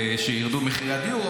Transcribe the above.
ושירדו מחירי דיור,